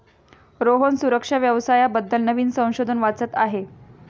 रोहन सुरक्षा व्यवसाया बद्दल नवीन संशोधन वाचत आहे